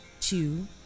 two